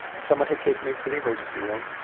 someone had taken me to the emergency room,